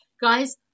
Guys